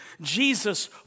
Jesus